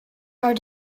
are